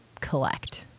collect